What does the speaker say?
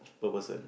per person